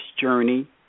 journey